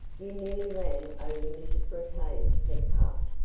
you nearly ran over mrs. brocade's pet pup.